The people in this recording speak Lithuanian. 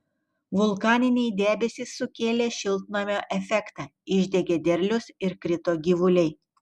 vulkaniniai debesys sukėlė šiltnamio efektą išdegė derlius ir krito gyvuliai